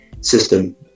system